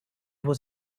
was